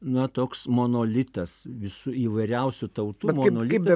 na toks monolitas visų įvairiausių tautų monolito